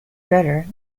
better